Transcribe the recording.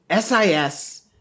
SIS